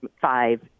five